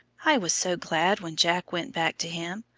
i was so glad when jack went back to him.